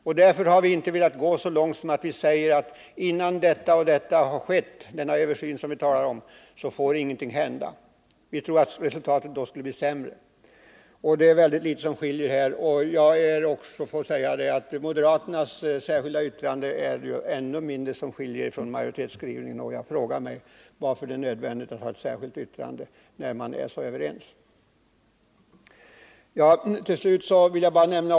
Utskottsmajoriteten har inte velat uttala att innan det och det har skett och innan den nämnda översynen gjorts får ingenting hända. Vi tror att resultatet därigenom skulle bli sämre. Det är ytterst litet som skiljer utskottsmajoriteten och reservanterna åt på den här punkten. Moderaternas särskilda yttrande skiljer sig ännu mindre från majoritetsskrivningen än vad reservationen gör, och jag frågar mig varför det är nödvändigt att avge ett särskilt yttrande, när man är så gott som överens med utskottsmajoriteten.